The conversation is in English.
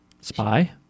Spy